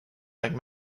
leg